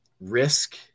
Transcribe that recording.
risk